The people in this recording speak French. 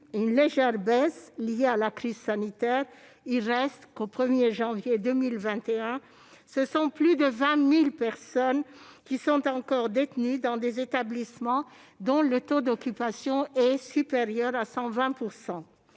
une légère baisse liée à la crise sanitaire, il n'en reste pas moins qu'au 1 janvier 2021 ce sont plus de 20 000 personnes qui sont encore détenues dans des établissements, dont le taux d'occupation est supérieur à 120 %.